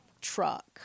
truck